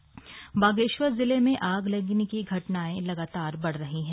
वजाग्नि बागेश्वर जिले में आग लगने की घटनाएं लगातार बढ़ रही हैं